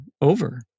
over